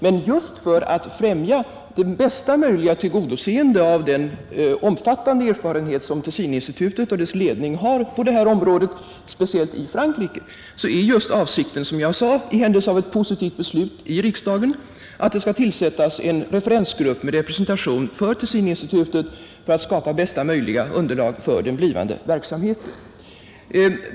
Men för att främja det bästa möjliga utnyttjande av den omfattande erfarenhet som Tessininstitutet och dess ledning har på detta område, speciellt i Frankrike, är just avsikten, som jag sade, i händelse av ett positivt beslut i riksdagen, att det skall tillsättas en referensgrupp med representation för Tessininstitutet för att skapa bästa möjliga underlag för den blivande verksamheten.